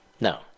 No